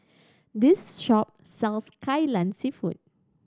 this shop sells Kai Lan Seafood